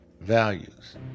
values